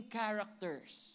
characters